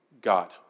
God